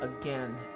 again